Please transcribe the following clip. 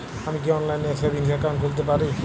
আমি কি অনলাইন এ সেভিংস অ্যাকাউন্ট খুলতে পারি?